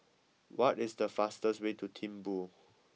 what is the fastest way to Thimphu